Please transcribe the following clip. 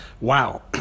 Wow